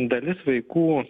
dalis vaikų